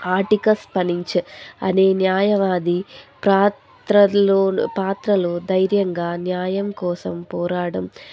Atticus Finch అనే న్యాయవాది పాత్రలోను పాత్రలో ధైర్యంగా న్యాయం కోసం పోరాడడం